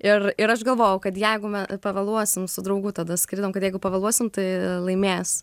ir ir aš galvojau kad jeigu me pavėluosim su draugu tada skridom kad jeigu pavėluosim tai laimės